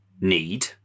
need